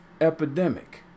epidemic